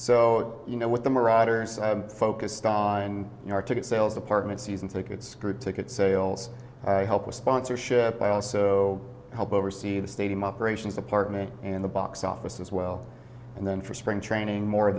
so you know with the marauder focus on our ticket sales department season ticket screwed ticket sales help with sponsorship i also help oversee the stadium operations department and the box office as well and then for spring training more